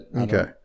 okay